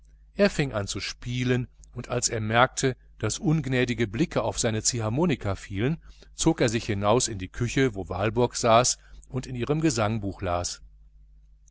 er fing an zu spielen und als er merkte daß ungnädige blicke auf seine ziehharmonika fielen zog er sich hinaus in die küche wo walburg saß und in ihrem gesangbuch las